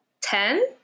ten